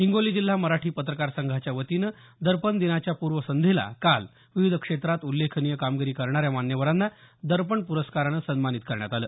हिंगोली जिल्हा मराठी पत्रकार संघाच्या वतीनं दर्पण दिनाच्या पूर्वसंध्येला काल विविध क्षेत्रात उल्लेखनिय कामगिरी करणाऱ्या मान्यवरांना दर्पण प्रस्कारानं सन्मानित करण्यात आलं